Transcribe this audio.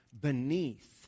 beneath